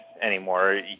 anymore